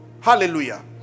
Hallelujah